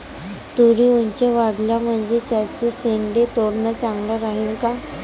तुरी ऊंच वाढल्या म्हनजे त्याचे शेंडे तोडनं चांगलं राहीन का?